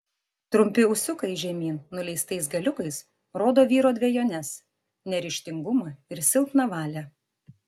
trumpi ūsiukai žemyn nuleistais galiukais rodo vyro dvejones neryžtingumą ir silpną valią